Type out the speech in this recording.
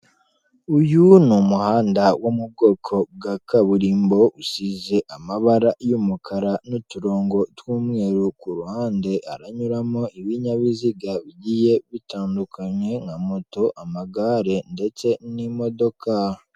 Uyu ni umuhanda wo mu bwoko bwa kaburimbo, usize amabara y'umukara n'uturongo tw'umweru, ku ruhande haranyuramo ibinyabiziga bigiye bitandukanye nka moto, amagare ndetse n'imodoka.